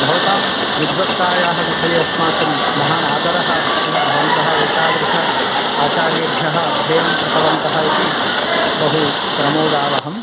भवतां विद्वत्तायाः विषये अस्माकं महान् आदरः अस्ति भवन्तः एतादृश आचार्येभ्यः अध्ययनं कृतवन्तः इति बहु प्रमोदावहम्